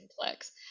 complex